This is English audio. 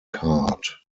card